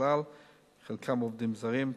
חלקם עובדים זרים,